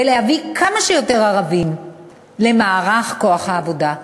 ולהביא כמה שיותר ערבים למערך כוח העבודה.